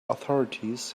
authorities